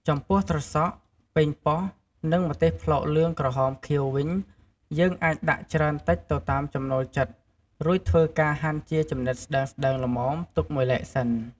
ចំពោះត្រសក់ ប៉េងបោះ និង ម្ទេសផ្លោកលឿងក្រហមខៀវវិញ យើងអាចដាក់ច្រើនតិចទៅតាមចំណូលចិត្ត រួចធ្វើការហាន់ជាចំណិតស្តើងៗល្មមទុកមួយឡែកសិន ។